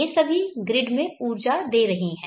ये सभी ग्रिड में ऊर्जा दे रहीं हैं